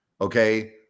Okay